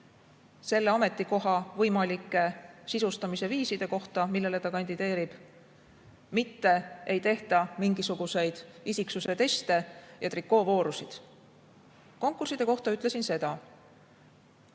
selle ametikoha võimalike sisustamisviiside kohta, millele nad kandideerivad, mitte ei tehta mingisuguseid isiksuse teste ja trikoovoorusid. Konkursside kohta ütlesin